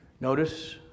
notice